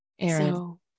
Aaron